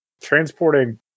transporting